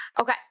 Okay